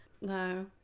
No